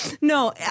No